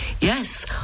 Yes